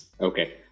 Okay